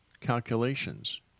calculations